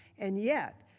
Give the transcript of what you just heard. and yet,